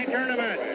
Tournament